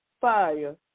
fire